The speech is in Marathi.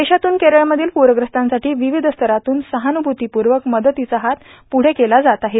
देशातून केरळमधील पुरग्रस्तांसाठी विविध स्तरांतून सहानुभूतीपूर्वक मदतीचं हात पुढं केलं जात आहेत